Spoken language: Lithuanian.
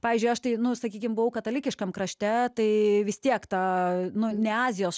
pavyzdžiui aš tai nu sakykim buvau katalikiškam krašte tai vis tiek ta nu ne azijos